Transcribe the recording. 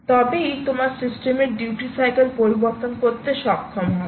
তবেই তোমার সিস্টেমের ডিউটি সাইকেল পরিবর্তন করতে সক্ষম হবে